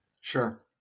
Sure